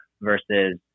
versus